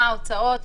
מה ההוצאות,